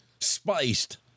Spiced